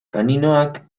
kaninoak